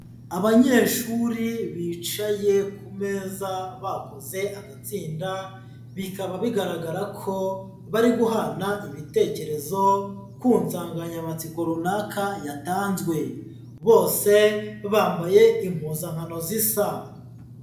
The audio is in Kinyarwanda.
Abanyeshuri bicaye ku meza bakoze agatsinda, bikaba bigaragara ko bari guhana ibitekerezo ku nsanganyamatsiko runaka yatanzwe, bose bambaye impuzankano zisa.